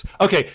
Okay